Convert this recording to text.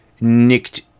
nicked